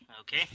Okay